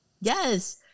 Yes